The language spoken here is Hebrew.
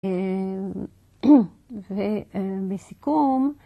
ולסיכום.